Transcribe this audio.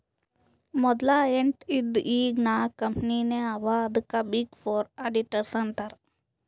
ಮದಲ ಎಂಟ್ ಇದ್ದು ಈಗ್ ನಾಕ್ ಕಂಪನಿನೇ ಅವಾ ಅದ್ಕೆ ಬಿಗ್ ಫೋರ್ ಅಡಿಟರ್ಸ್ ಅಂತಾರ್